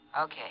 Okay